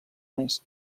més